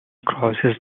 crosses